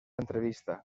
entrevista